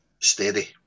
steady